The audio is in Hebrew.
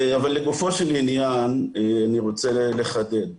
אבל לגופו של עניין אני רוצה לחדד,